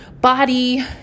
body